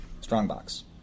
Strongbox